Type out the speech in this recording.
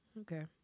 Okay